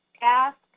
ask